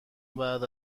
بعد